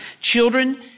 Children